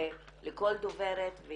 לכל דוברת או